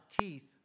teeth